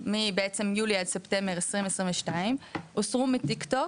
מבעצם, יולי עד ספטמבר 2022, הוסרו מטיקטוק